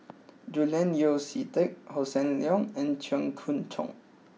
Julian Yeo See Teck Hossan Leong and Cheong Choong Kong